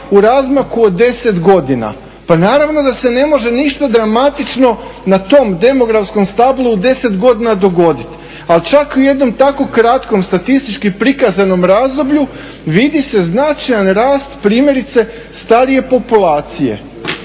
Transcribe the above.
u razmaku od 10 godina. Pa naravno da se ne može ništa dramatično na tom demografskom stablu u 10 godina dogoditi, ali čak u jednom tako kratkom statistički prikazanom razdoblju vidi se značajan rast primjerice starije populacije.